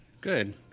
Good